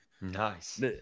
Nice